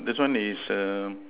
this one is err